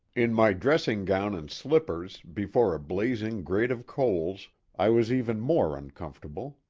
in my dressing gown and slippers before a blazing grate of coals i was even more uncomfortable.